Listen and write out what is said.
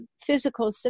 physical